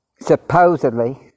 supposedly